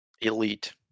Elite